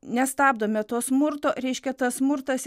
nestabdome to smurto reiškia tas smurtas